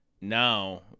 now